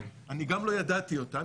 אני גם לא ידעתי אותם,